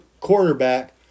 quarterback